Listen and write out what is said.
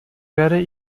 werde